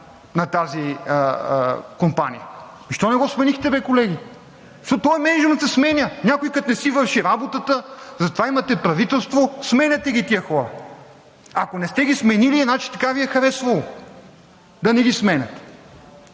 вероятно. Ами защо не го сменихте бе, колеги? Този мениджмънт се сменя. Някой, като не си върши работата, затова имате правителство, сменяте ги тези хора. Ако не сте ги сменили, значи така Ви е харесвало – да не ги сменяте.